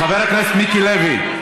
חבר הכנסת מיקי לוי,